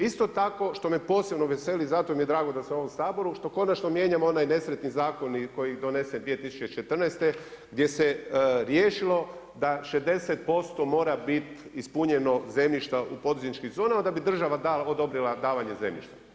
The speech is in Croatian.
Isto tako što me posebno veseli, zato mi je drago da sam u ovom Saboru što konačno mijenjamo onaj nesretni zakon koji je donesen 2014. gdje se riješilo da 60% mora biti ispunjeno zemljišta u poduzetničkim zonama da bi država odobrila davanje zemljišta.